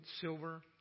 silver